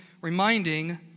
reminding